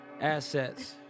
assets